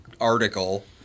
article